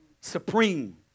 Supreme